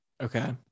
Okay